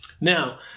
Now